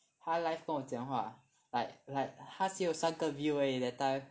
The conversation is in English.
他 live 跟我讲话 like like 他只有三个 viewer 而已 that time